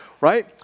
Right